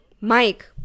Mike